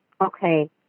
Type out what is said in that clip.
Okay